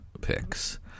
picks